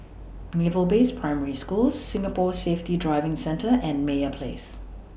Naval Base Primary School Singapore Safety Driving Centre and Meyer Place